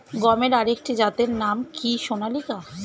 গমের আরেকটি জাতের নাম কি সোনালিকা?